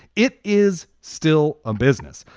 it is still a business.